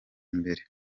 imbere